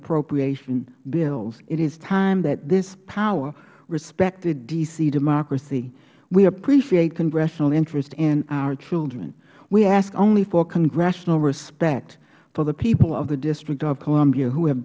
appropriation bills it is power that this power respected d c democracy we appreciate congressional interest in our children we ask only for congressional respect for the people of the district of columbia who have